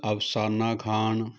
Afsana Khan